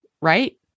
right